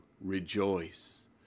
rejoice